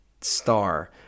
star